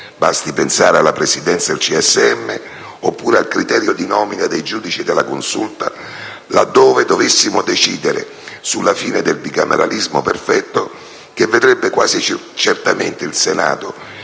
Basti pensare alla Presidenza del CSM oppure al criterio di nomina dei giudici della Consulta, laddove dovessimo decidere sulla fine del bicameralismo perfetto, che vedrebbe quasi certamente il Senato